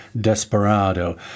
Desperado